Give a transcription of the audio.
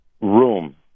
room